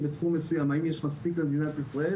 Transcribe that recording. בתחום מסוים ולבדוק האם יש מספיק במדינת ישראל